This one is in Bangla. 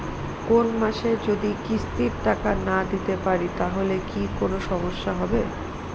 কোনমাসে যদি কিস্তির টাকা না দিতে পারি তাহলে কি কোন সমস্যা হবে?